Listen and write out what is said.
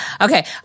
Okay